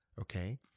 okay